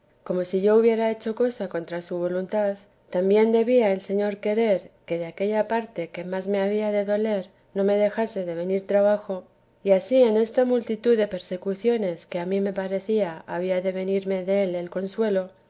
como si yo hubiera hecho cosa contra su voluntad también debía el señor querer que de aquella parte que más me había de doler no me dejase de venir trabajo y ansí en esta multitud de persecuciones que a mí me parecía había de venirme del el consuelo